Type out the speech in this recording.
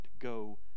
go